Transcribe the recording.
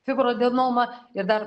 fibroadenoma ir dar